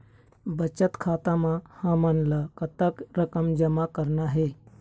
बचत खाता म हमन ला कतक रकम जमा करना हे?